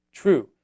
true